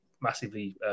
massively